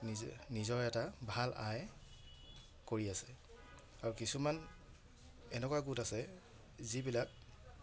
নিজে নিজৰ এটা ভাল আয় কৰি আছে আৰু কিছুমান এনেকুৱা গোট আছে যিবিলাক